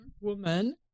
woman